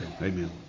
Amen